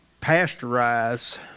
pasteurize